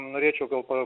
norėčiau gal pa